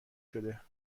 شده